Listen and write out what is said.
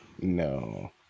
no